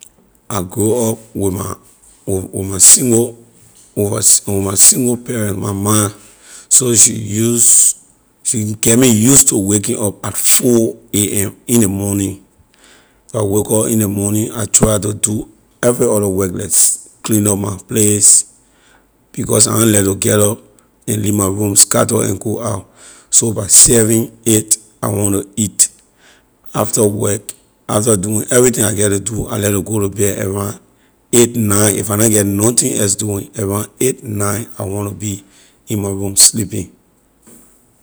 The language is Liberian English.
I grow up with my with with my single with a with my single parent my ma so she use she get me use to waking up at four am in ley morning when I wake up in ley morning I try to do every other work like se- clean up my place because I na like to get up and lee my room scatter and go out so by seven eight I wanna eat after work after doing everything I able to do I like to go to bed around eight nine if I na get nothing else doing around eight nine I want to be in my room sleeping.